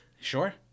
Sure